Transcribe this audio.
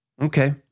okay